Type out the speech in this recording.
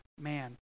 man